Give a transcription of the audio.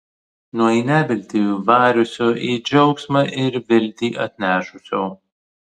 nuo į neviltį variusio į džiaugsmą ir viltį atnešusio